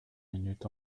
minutes